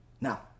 Now